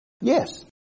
Yes